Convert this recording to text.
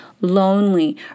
lonely